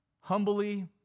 humbly